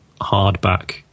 hardback